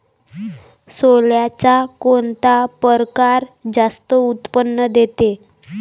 सोल्याचा कोनता परकार जास्त उत्पन्न देते?